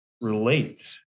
relate